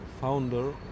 founder